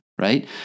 right